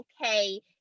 okay